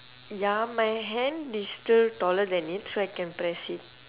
ya my hand is still taller than it so I can press it